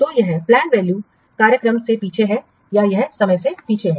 तो यह प्लैंड कार्यक्रम से पीछे है यह समय से पीछे है